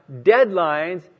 deadlines